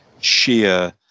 sheer